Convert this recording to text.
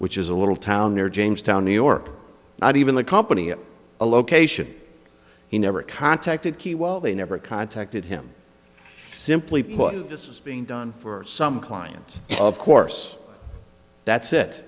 which is a little town near jamestown new york and even the company at a location he never contacted keywell they never contacted him simply put this is being done for some clients of course that's it